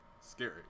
scary